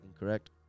Incorrect